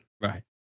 Right